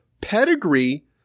pedigree